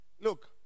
look